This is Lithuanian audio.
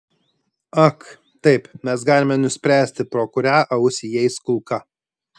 ak taip mes galime nuspręsti pro kurią ausį įeis kulka